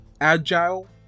agile